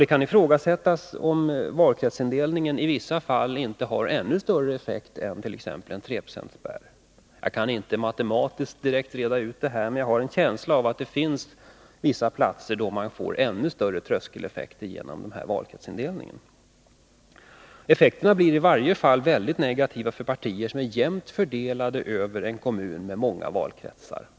Det kan ifrågasättas om inte valkretsindelningen i vissa fall har ännu större effekt än t.ex. en 3-procentsspärr. Jag kan inte reda ut detta matematiskt, men jag har en känsla av att det finns vissa platser där man får ännu större tröskeleffekter genom valkretsindelningen. Effekterna blir i varje fall mycket negativa för partier som är jämt fördelade över en kommun med många valkretsar.